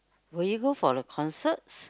will you go for a concert